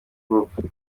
group